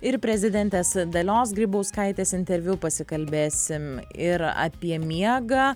ir prezidentės dalios grybauskaitės interviu pasikalbėsim ir apie miegą